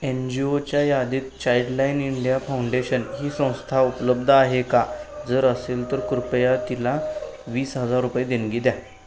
N जी ओच्या यादीत चाइल्डलाइन इंडिया फाउंडेशन ही संस्था उपलब्ध आहे का जर असेल तर कृपया तिला वीस हजार रुपये देणगी द्या